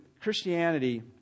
Christianity